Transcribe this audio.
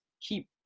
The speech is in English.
keep